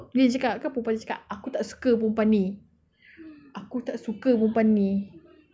dia cakap kan perempuan tu cakap aku tak suka perempuan ni aku tak suka perempuan ni